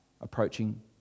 approaching